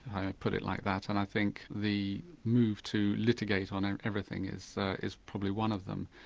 i'd put it like that and i think the move to litigate on on everything is is probably one of them.